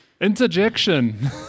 Interjection